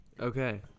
Okay